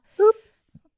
Oops